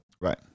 Right